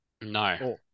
No